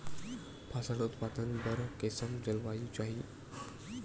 फसल उत्पादन बर कैसन जलवायु चाही?